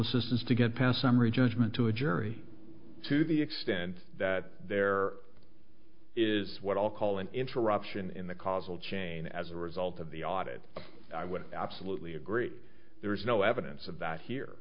assistance to get past summary judgment to a jury to the extent that there is what i'll call an interruption in the causal chain as a result of the audit i would absolutely agree there is no evidence of that here